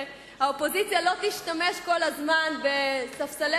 שהאופוזיציה לא תשתמש כל הזמן בספסלי